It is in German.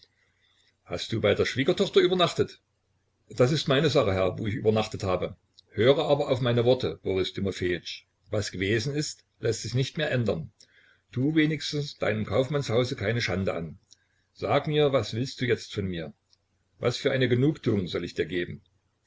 hast du bei der schwiegertochter übernachtet das ist meine sache herr wo ich übernachtet habe höre aber auf meine worte boris timofejitsch was gewesen ist läßt sich nicht mehr ändern tu wenigstens deinem kaufmannshause keine schande an sag mir was willst du jetzt von mir was für eine genugtuung soll ich dir geben